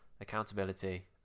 accountability